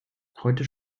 heute